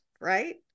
Right